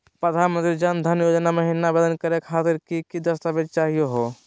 प्रधानमंत्री जन धन योजना महिना आवेदन करे खातीर कि कि दस्तावेज चाहीयो हो?